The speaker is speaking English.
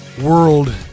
World